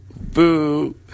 boo